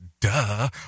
Duh